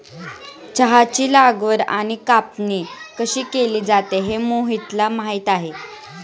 चहाची लागवड आणि कापणी कशी केली जाते हे मोहितला माहित आहे